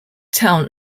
town